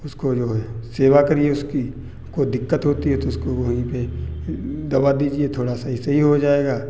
उसको जो है सेवा करिए उसकी कोई दिक्कत होती है तो उसको वहीं पे दवा दीजिए थोड़ा सही सही हो जाएगा